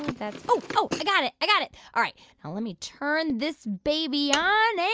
that's oh, oh, i got it. i got it. all right, now let me turn this baby on and.